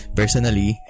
personally